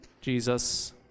Jesus